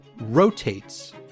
rotates